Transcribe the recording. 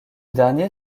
dernier